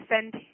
send